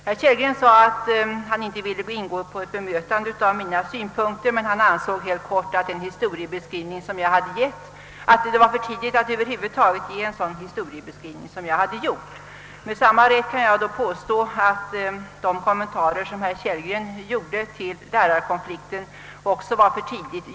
Herr Kellgren sade, att han inte ville gå in på och bemöta mina synpunkter. Han sade helt kort, att det ännu var för tidigt att göra en sådan historiebeskrivning som jag gjort. Med samma rätt kan jag påstå att herr Kellgrens kommentarer till lärarkonflikten kom för tidigt.